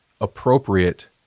appropriate